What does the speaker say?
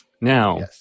Now